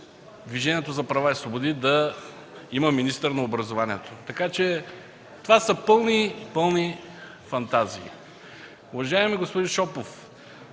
и не е имало никакъв план да има министър на образованието. Така че това са пълни, пълни фантазии. Уважаеми господин Шопов,